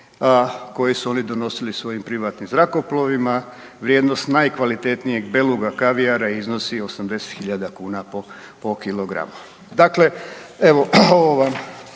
koje su oni donosili svojim privatnim zrakoplovima. Vrijednost najkvalitetnijeg beluga kavijara iznosi 80 hiljada kuna po kilogramu. Dakle, evo ovo sam